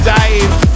Dave